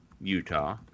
Utah